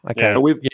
Okay